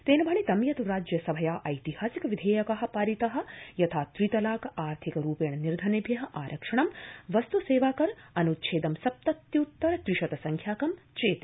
तेन भणितं यत् राज्यसभया ऐतिहासिक विधेयका पारिता यथा त्रितलाक आर्थिक रूपेण निर्धनेभ्य आरक्षणं वस्त् सेवा कर अन्च्छेदं सप्तत्युत्तर त्रिशत संख्याकम् चेति